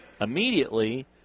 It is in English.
Immediately